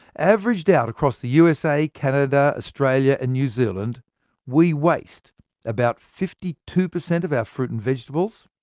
averaged out across the usa, canada, australia and new zealand we waste about fifty two per cent of our fruit and vegetables,